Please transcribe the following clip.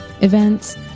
events